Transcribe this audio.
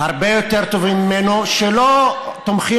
איזו השוואה.